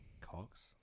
cocks